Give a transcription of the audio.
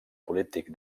polític